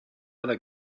other